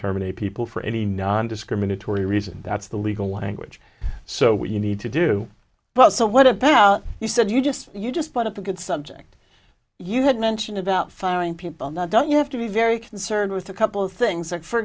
terminate people for any nondiscriminatory reason that's the legal language so what you need to do but so what about you said you just you just brought up a good subject you had mentioned about firing people now does you have to be very concerned with a couple things